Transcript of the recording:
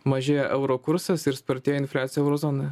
mažėja euro kursas ir spartėja infliacija euro zonoje